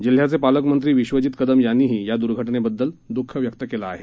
जिल्ह्याचे पालकमंत्री विश्वजीत कदम यांनीही या घटनेबद्दल दुःख व्यक्त केलं आहे